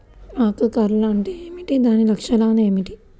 ఆకు కర్ల్ అంటే ఏమిటి? దాని లక్షణాలు ఏమిటి?